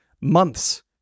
months